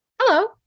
hello